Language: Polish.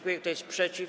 Kto jest przeciw?